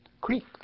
creek